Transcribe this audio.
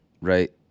right